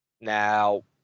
Now